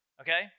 Okay